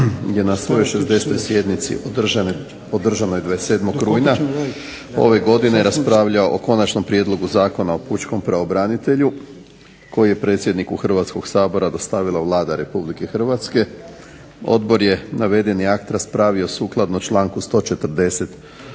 je na svojoj 60. sjednici održanoj 27. rujna ove godine raspravljao o Konačnom prijedlogu zakona o pučkom pravobranitelju koji je predsjedniku Hrvatskog sabora dostavila Vlada Republike Hrvatske, odbor je navedeni akt raspravio sukladno članku 140.